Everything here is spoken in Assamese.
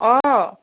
অঁ